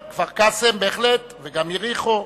כפר-קאסם, בהחלט, וגם יריחו.